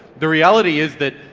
the reality is that,